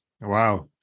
wow